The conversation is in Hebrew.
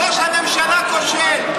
ראש הממשלה כושל,